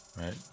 right